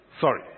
Sorry